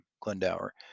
Glendower